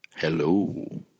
Hello